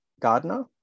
gardener